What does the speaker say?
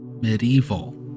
medieval